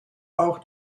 auch